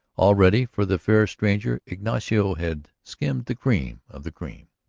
already for the fair stranger ignacio had skimmed the cream of the cream.